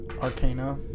arcana